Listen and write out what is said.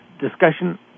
discussion